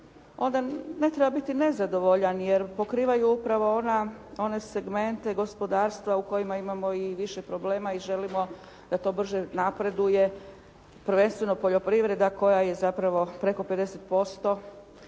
onda ne treba biti nezadovoljan jer pokrivaju upravo one segmente gospodarstva u kojima imamo i više problema i želimo da to brže napreduje, prvenstveno poljoprivreda koja je zapravo preko 50%